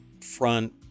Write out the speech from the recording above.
front